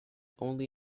only